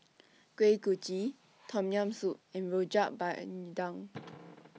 Kuih Kochi Tom Yam Soup and Rojak Bandung